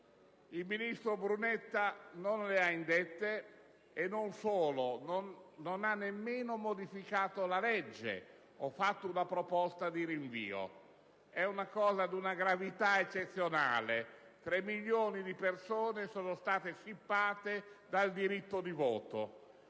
il ministro Brunetta non le ha indette e non ha neanche modificato la legge o fatto una proposta di rinvio. È un fatto di una gravità eccezionale. Tre milioni di persone sono state scippate del diritto di voto.